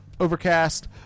Overcast